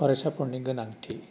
फरायसाफोरनि गोनांथि